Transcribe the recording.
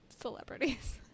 celebrities